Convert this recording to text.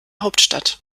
hauptstadt